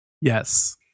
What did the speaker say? Yes